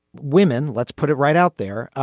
women, let's put it right out there,